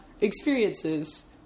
experiences